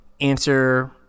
answer